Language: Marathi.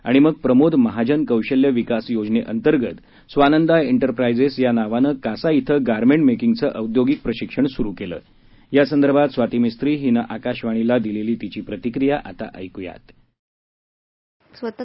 आणि मग प्रमोद महाजन कौशल्य विकास योजनेअंतर्गत स्वानंदा विरप्रायजेस या नावानं कासा धिं गारमेंट मेकिंग चं औद्योगिक प्रशिक्षण केंद्र सुरू केलं यासंदर्भात स्वाती मिस्ती हिने आकाशवाणी दिलेली तिची प्रतिक्रिया ऐकूयात